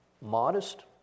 modest